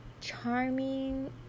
charming